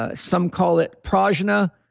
ah some call it prajna.